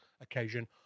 occasion